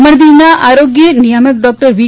દમણ દિવના આરોગ્ય નિયામક ડોકટર વી